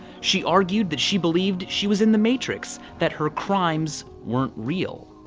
she argued that she believed she was in the matrix, that her crimes weren't real.